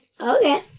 Okay